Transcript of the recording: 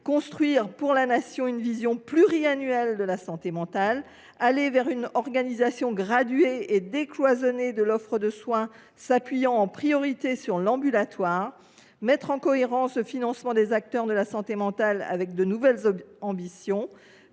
construire pour la Nation une vision pluriannuelle de la santé mentale ; d’aller vers une organisation graduée et décloisonnée de l’offre de soins s’appuyant en priorité sur l’ambulatoire ; de mettre en cohérence le financement des acteurs de la santé mentale avec de nouvelles ambitions